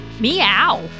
Meow